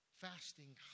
Fasting